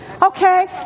Okay